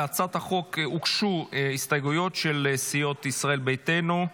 להצעת החוק הוגשו הסתייגויות של סיעות ישראל ביתנו,